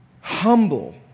Humble